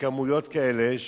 בכמויות כאלה,